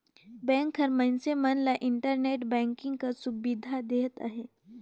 bank हर मइनसे मन ल इंटरनेट बैंकिंग कर सुबिधा देहत अहे